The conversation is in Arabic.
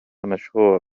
مشهور